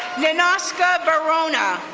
lenasco berona,